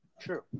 True